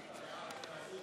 בהצלחה.